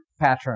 pattern